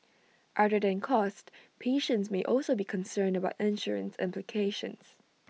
other than cost patients may also be concerned about insurance implications